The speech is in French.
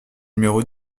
numéro